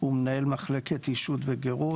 הוא מנהל מלקת אישות וגירות,